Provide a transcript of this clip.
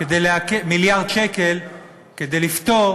כדי לפתור